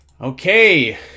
Okay